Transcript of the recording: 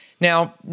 Now